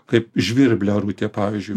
kaip žvirbliarūtė pavyzdžiui